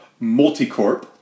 Multicorp